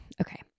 Okay